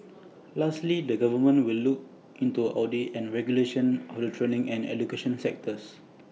lastly the government will look into audit and regulation of the training and education sectors